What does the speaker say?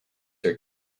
her